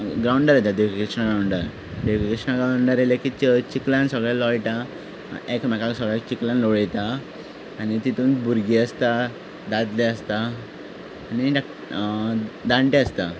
ग्राउंडार येता ग्राउंडार ग्राउंडार येले की चिखलांत सगळे लोळटा एकामेकाक सगळे चिखलांत लोळयता आनी तितूंत भुरगीं आसता दादले आसता आनी जाणटे आसता